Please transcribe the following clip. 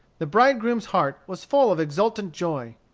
the bridegroom's heart was full of exultant joy.